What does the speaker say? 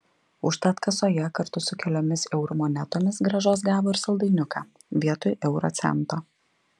užtat kasoje kartu su keliomis eurų monetomis grąžos gavo ir saldainiuką vietoj euro cento